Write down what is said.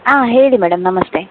ಆಂ ಹೇಳಿ ಮೇಡಮ್ ನಮಸ್ತೆ